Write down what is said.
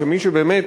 כמי שבאמת